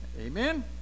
Amen